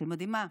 אתם יודעים מה?